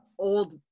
old